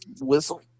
whistle